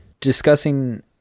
discussing